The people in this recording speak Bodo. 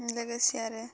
लोगोसे आरो